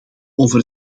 over